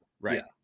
Right